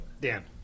Dan